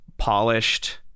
polished